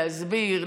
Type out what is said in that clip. להסביר,